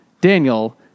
Daniel